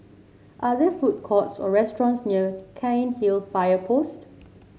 are there food courts or restaurants near Cairnhill Fire Post